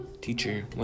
teacher